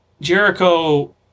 Jericho